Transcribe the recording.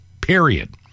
period